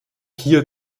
hier